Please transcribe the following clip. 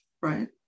right